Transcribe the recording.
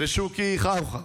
ושוקי חלפה,